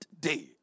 day